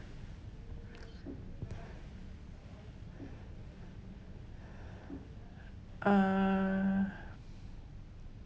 uh